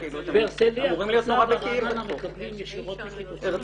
ברעננה מקבלים ישירות מקידוחים.